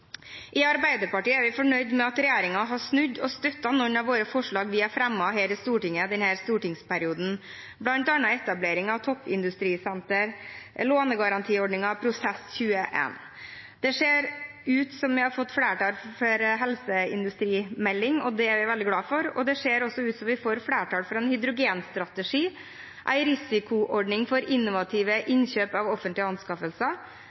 I Arbeiderpartiet er vi fornøyd med at regjeringen har snudd og støtter noen av de forslagene vi har fremmet her i Stortinget i denne stortingsperioden, bl.a. etablering av et toppindustrisenter, lånegarantiordningen og Prosess21. Det ser ut til at vi har fått flertall for en helseindustrimelding, og det er jeg veldig glad for. Det ser også ut til at vi får flertall for en hydrogenstrategi, en risikoordning for innovative innkjøp av offentlige anskaffelser,